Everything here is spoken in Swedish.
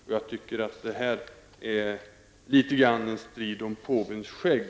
Om Sigge Godin ursäktar så tycker jag att detta litet grand är en strid om påvens skägg.